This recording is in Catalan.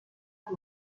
per